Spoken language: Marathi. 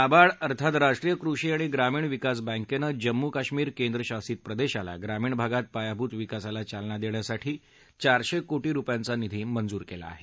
नाबार्ड अर्थात राष्ट्रीय कृषी आणि ग्रामीण विकास बँकेनं जम्मू कश्मीर केंद्रशासित प्रदेशाला ग्रामीण भागात पायाभूत विकासाला चालना देण्यासाठी चारशे कोटी रुपयांचा निधी मंजूर केला आहे